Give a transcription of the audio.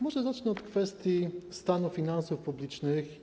Może zacznę od kwestii stanu finansów publicznych.